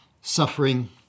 suffering